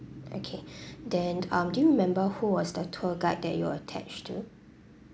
okay then um do you remember who was the tour guide that you're attached to